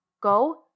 go